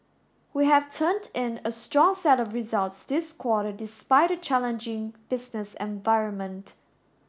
we have turned in a strong set of results this quarter despite a challenging business environment